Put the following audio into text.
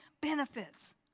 benefits